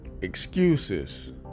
Excuses